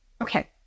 Okay